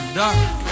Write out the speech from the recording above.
dark